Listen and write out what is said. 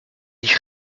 ich